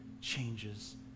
changes